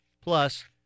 Plus